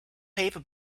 paper